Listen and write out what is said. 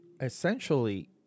Essentially